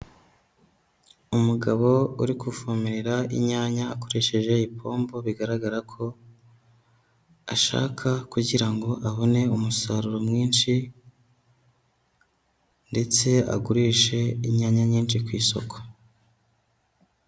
Umugabo uri kuvomerera inyanya akoresheje ipombo, bigaragara ko ashaka kugira ngo abone umusaruro mwinshi ndetse agurishe inyanya nyinshi ku isoko.